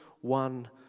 one